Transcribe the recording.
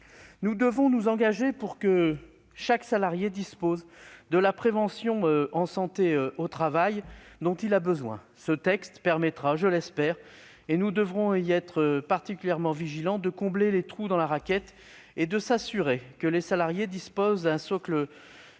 Nous devons nous engager pour que chaque salarié dispose de la prévention en santé au travail dont il a besoin. Ce texte permettra, je l'espère, et nous devrons y veiller particulièrement, de combler les trous dans la raquette et de s'assurer que les salariés disposent d'un socle